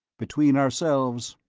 between ourselves,